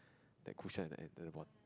that cushion at the end the bo~